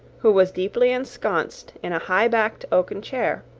who was deeply ensconced in a high-backed oaken chair,